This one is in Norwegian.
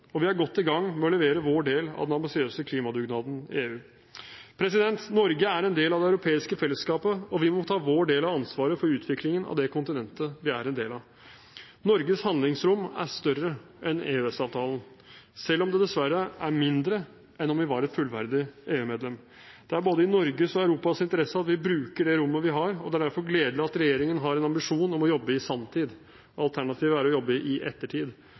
og vi er godt i gang med å levere vår del av den ambisiøse klimadugnaden i EU. Norge er en del av det europeiske fellesskapet, og vi må ta vår del av ansvaret for utviklingen av det kontinentet vi er en del av. Norges handlingsrom er større enn EØS-avtalen, selv om det dessverre er mindre enn om vi var et fullverdig EU-medlem. Det er både i Norges og Europas interesse at vi bruker det rommet vi har, og det er derfor gledelig at regjeringen har en ambisjon om å jobbe i sanntid. Alternativet er å jobbe i ettertid.